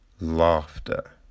laughter